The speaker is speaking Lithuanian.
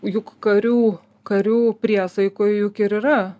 juk karių karių priesaikoj juk ir yra